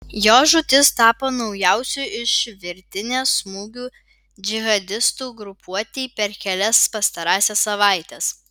jo žūtis tapo naujausiu iš virtinės smūgių džihadistų grupuotei per kelias pastarąsias savaites